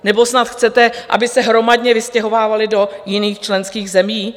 Nebo snad chcete, aby se hromadně vystěhovávali do jiných členských zemí?